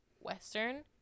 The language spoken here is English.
Western